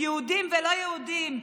יהודים ולא יהודים.